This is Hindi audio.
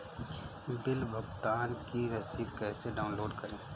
बिल भुगतान की रसीद कैसे डाउनलोड करें?